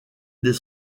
des